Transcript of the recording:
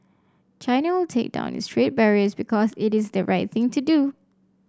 China will take down its trade barriers because it is the right thing to do